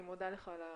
אני מודה לך על הדברים.